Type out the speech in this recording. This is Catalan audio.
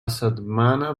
setmana